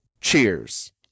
Cheers